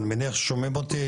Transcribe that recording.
אני מניח ששומעים אותי,